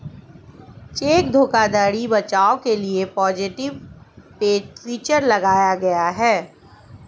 check धोखाधड़ी बचाव के लिए पॉजिटिव पे फीचर लाया गया है